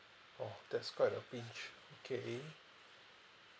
oh that's quite a pinch okay